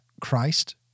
Christ